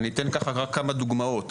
אני אתן ככה רק כמה דוגמאות.